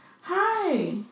Hi